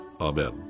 Amen